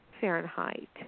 Fahrenheit